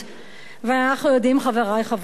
ואנחנו יודעים, חברי חברי הכנסת,